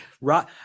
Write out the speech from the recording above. right